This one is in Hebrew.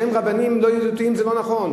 שהם רבנים לא ידידותיים, זה לא נכון.